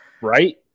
Right